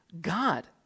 God